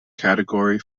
category